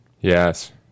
Yes